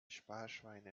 sparschweine